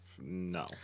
no